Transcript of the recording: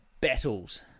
battles